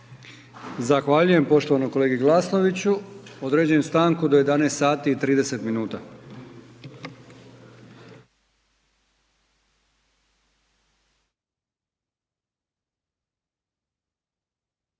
Zahvaljujem poštovanom kolegi Glasnoviću. Određujem stanku do 11 sati i 30 minuta.